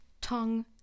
tongue